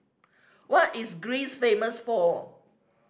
what is Greece famous for